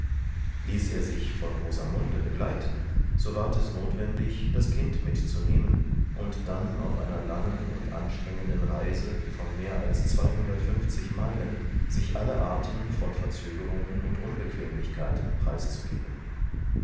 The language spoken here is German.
ließ er sich von rosamunde begleiten so ward es notwendig das kind mitzunehmen und dann auf einer langen und anstrengenden reise von mehr als zweihundertfünftigmeilensichalleartenvonverzögerungenundunbequemlichkeiten preiszugeben